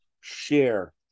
share